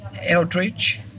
Eldridge